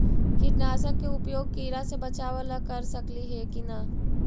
कीटनाशक के उपयोग किड़ा से बचाव ल कर सकली हे की न?